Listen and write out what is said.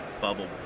bubble